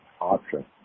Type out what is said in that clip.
option